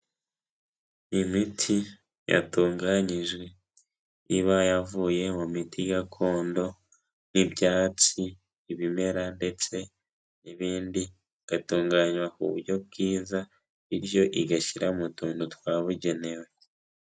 Imiti yatunganyijwe iba yavuye mu miti gakondo n'ibyatsi, ibimera ndetse n'ibindi, igatunganywa ku buryo bwiza bityo igashyirwa mu tuntu twabugenewe.